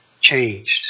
changed